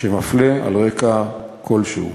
שמפלה על רקע כלשהו.